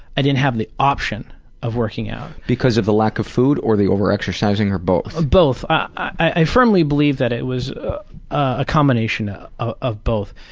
i didn't have the option of working out. because of the lack of food or the over-exercising or both? both. i firmly believe that it was a combination ah ah of both.